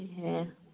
ꯑꯦꯍꯦ